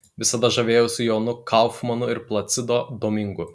visada žavėjausi jonu kaufmanu ir placido domingu